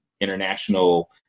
international